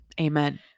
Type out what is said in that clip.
Amen